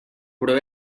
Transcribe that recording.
però